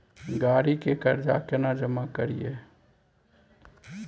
गाड़ी के कर्जा केना जमा करिए?